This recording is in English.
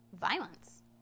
violence